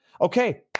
Okay